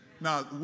Now